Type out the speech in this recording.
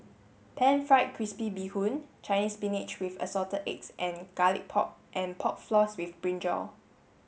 Pan Fried Crispy Bee Hoon Chinese spinach with assorted eggs and garlic pork and pork floss with brinjal